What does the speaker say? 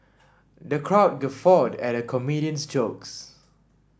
the crowd guffawed at the comedian's jokes